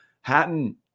Hatton